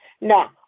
Now